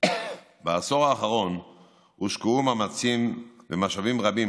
בעשור האחרון הושקעו מאמצים ומשאבים רבים